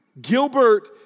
Gilbert